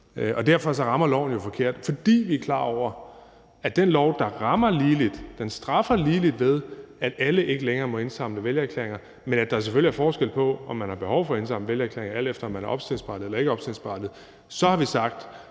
Derfor rammer loven jo forkert, for vi er klar over, at den lov, der rammer lige, straffer lige, ved at alle ikke længere må indsamle vælgererklæringer. Men der er selvfølgelig forskel på, om man har behov for at indsamle vælgererklæringer, alt efter om man er opstillingsberettiget eller ikkeopstillingsberettiget. Så har vi sagt: